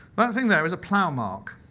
but thing there is a plow mark.